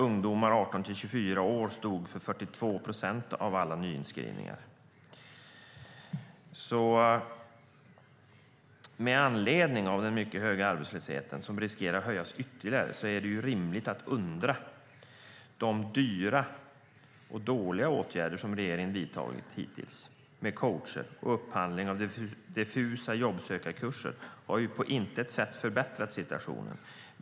Ungdomar 18-24 år stod för 42 procent av alla nyinskrivningar. Med anledning av den mycket höga arbetslösheten, som riskerar att höjas ytterligare, är det rimligt att ställa sig undrande till de dyra och dåliga åtgärder som regeringen har vidtagit hittills, med coacher och upphandling av diffusa jobbsökarkurser, som på intet sätt har förbättrat situationen.